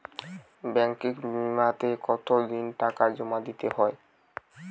Banking বিমাতে কত দিন টাকা জমা দিতে হয়?